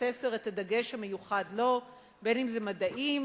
לבית-הספר את הדגש המיוחד לו, בין שזה מדעים,